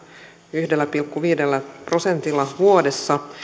yhdellä pilkku viidellä prosentilla vuodessa